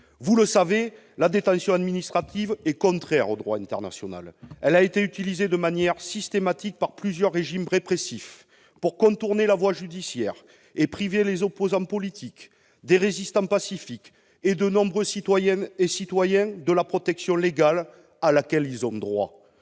Vous le savez, la détention administrative est contraire au droit international. Elle a été utilisée de manière systématique par plusieurs régimes répressifs pour contourner la voie judiciaire et priver des opposants politiques, des résistants pacifiques et, plus largement, de nombreuses citoyennes et de nombreux citoyens de la protection légale à laquelle ils ont droit.